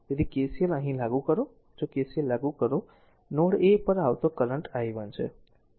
તેથી KCL અહીં લાગુ કરો જો KCL લાગુ કરો નોડ a પર આવતો કરંટ i1 છે